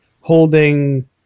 holding